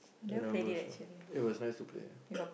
very nervous ah it was nice to play ah